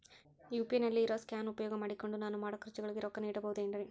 UPI ನಲ್ಲಿ ಇರೋ scan ಉಪಯೋಗ ಮಾಡಿಕೊಂಡು ನಾನು ಮಾಡೋ ಖರ್ಚುಗಳಿಗೆ ರೊಕ್ಕ ನೇಡಬಹುದೇನ್ರಿ?